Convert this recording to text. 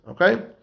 Okay